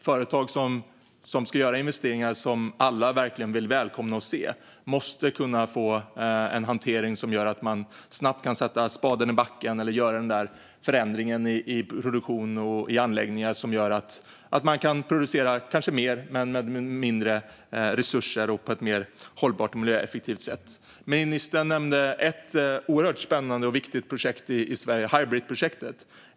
Företag som ska göra investeringar som alla verkligen välkomnar och vill se måste kunna få en hantering som gör att man snabbt kan sätta spaden i backen eller göra den där förändringen i produktion och anläggningar som gör att man kanske kan producera mer men med mindre resurser och på ett mer hållbart och miljöeffektivt sätt. Ministern nämnde ett oerhört spännande och viktigt projekt i Sverige, nämligen Hybritprojektet.